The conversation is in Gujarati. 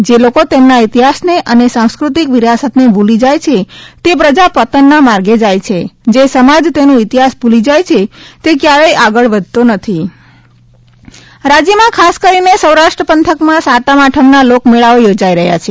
જે લોકો તેમના ઇતિહાસને અને સાંસ્કૃતિક વિરાસતને ભૂલી જાય છે તે પ્રજા પતનના માર્ગે જાય છે જે સમાજ તેનો ઇતિહાસ ભૂલી જાય છે તે ક્યારેય આગળ વધતો નથી રાજ્યમાં ખાસ કરીને સૌરાષ્ટ્ર પંથકમાં સાતમ આઠમના લોકમેળાઓ યોજાઈ રહ્યા છે